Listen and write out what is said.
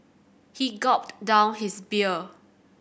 he gulped down his beer